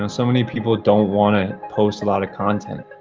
and so many people don't want to post a lot of content.